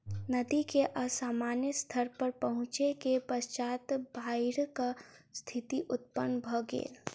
नदी के असामान्य स्तर पर पहुँचै के पश्चात बाइढ़क स्थिति उत्पन्न भ गेल